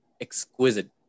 exquisite